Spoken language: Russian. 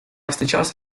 встречался